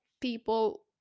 people